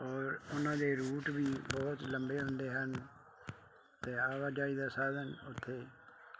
ਔਰ ਉਹਨਾਂ ਦੇ ਰੂਟ ਵੀ ਬਹੁਤ ਲੰਬੇ ਹੁੰਦੇ ਹਨ ਅਤੇ ਆਵਾਜਾਈ ਦਾ ਸਾਧਨ ਉੱਥੇ